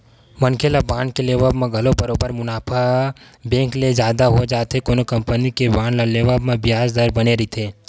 मनखे ल बांड के लेवब म घलो बरोबर मुनाफा बेंक ले जादा हो जाथे कोनो कंपनी के बांड ल लेवब म बियाज दर बने रहिथे